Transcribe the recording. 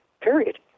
period